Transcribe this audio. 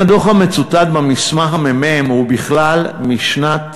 זה בשבילך,